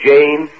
Jane